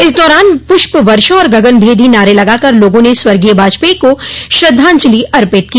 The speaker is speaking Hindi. इस दौरान पुष्प वर्षा और गगनभेदी नारे लगा कर लोगों ने स्वर्गीय वाजपेई को श्रद्वाजंलि अर्पित की